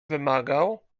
wymagał